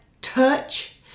touch